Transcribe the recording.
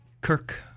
Kirk